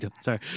sorry